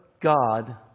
God